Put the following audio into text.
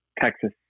Texas